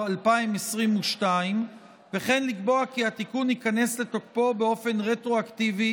2022 וכן לקבוע כי התיקון ייכנס לתוקפו באופן רטרואקטיבי